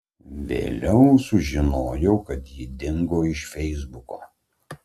vėliau sužinojau kad ji dingo iš feisbuko